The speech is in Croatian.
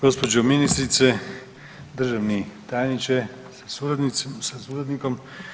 gđo. ministrice, državni tajniče sa suradnikom.